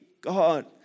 God